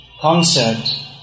concept